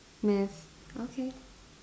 math okay